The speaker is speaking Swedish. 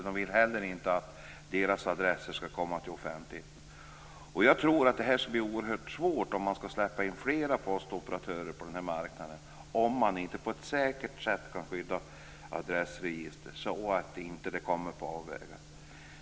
De vill heller inte att deras adresser skall komma till offentligheten. Jag tror att det blir oerhört svårt om man skall släppa in flera postoperatörer på den här marknaden om man inte på ett säkert sätt kan skydda adressregister så att de inte kommer på avvägar.